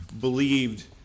believed